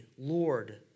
Lord